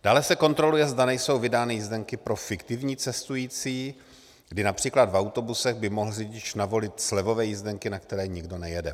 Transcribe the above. Dále se kontroluje, zda nejsou vydány jízdenky pro fiktivní cestující, kdy například v autobusech by mohl řidič navolit slevové jízdenky, na které nikdo nejede.